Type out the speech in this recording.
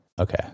Okay